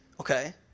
okay